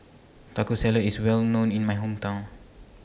Taco Salad IS Well known in My Hometown